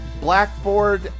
blackboard